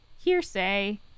hearsay